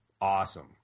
Awesome